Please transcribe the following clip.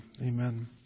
Amen